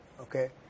okay